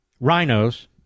rhinos